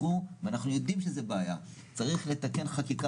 הייתי רוצה לראות יותר את מעורבותה